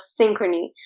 synchrony